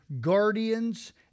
guardians